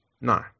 No